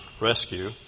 Rescue